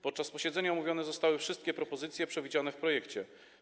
Podczas posiedzenia omówione zostały wszystkie propozycje przewidziane w projekcie.